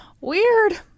Weird